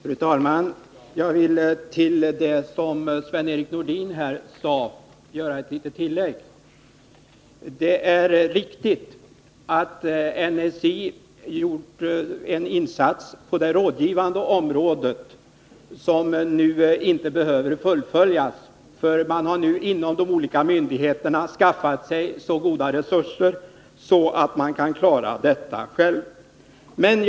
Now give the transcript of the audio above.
Fru talman! Jag vill till det som Sven-Erik Nordin här sade göra ett litet tillägg. Det är riktigt att NSI gjort en insats på det rådgivande området vilken nu inte behöver fullföljas. De olika myndigheterna har skaffat sig så goda resurser att de kan klara sina informationsuppgifter själva.